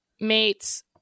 mates